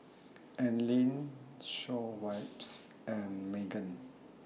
Anlene Schweppes and Megan